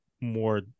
more